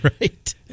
Right